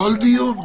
כל דיון,